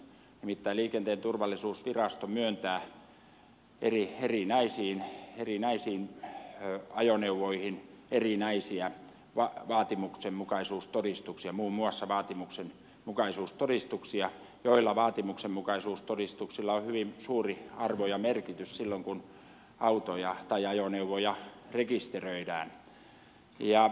nimittäin liikenteen turvallisuusvirasto myöntää erinäisiin ajoneuvoihin erinäisiä vaatimuksenmukaisuustodistuksia muun muassa vaatimuksenmukaisuustodistuksia joilla on hyvin suuri arvo ja merkitys silloin kun autoja tai ajoneuvoja rekisteröidään